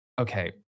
Okay